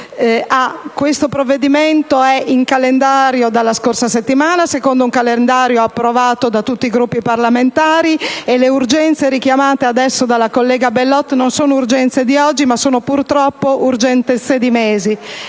Questo provvedimento è in calendario dalla scorsa settimana, secondo un calendario approvato da tutti i Gruppi parlamentari, e le urgenze richiamate adesso dalla collega Bellot non sono urgenze di oggi, ma sono purtroppo urgenze di mesi.